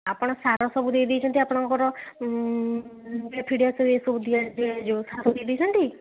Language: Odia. ଆପଣ ସାର ସବୁ ଦେଇ ଦେଇଛନ୍ତି ଆପଣଙ୍କର ପିଡ଼ିଆ ଏସବୁ ଦିଆଯାଏ ଯେଉଁ ସାର ଦେଇ ଦେଇଛନ୍ତି